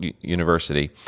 university